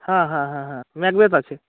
হ্যাঁ হ্যাঁ হ্যাঁ হ্যাঁ ম্যাকবেথ আছে